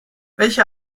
welche